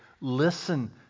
Listen